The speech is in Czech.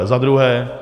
Za druhé.